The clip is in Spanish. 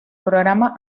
programa